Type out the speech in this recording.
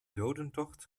dodentocht